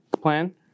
plan